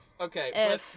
Okay